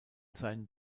seien